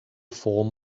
form